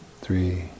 three